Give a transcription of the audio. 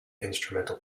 instrumental